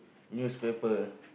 newspaper